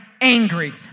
angry